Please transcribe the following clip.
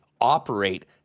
operate